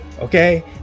okay